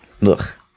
Look